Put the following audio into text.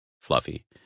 fluffy